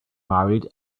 married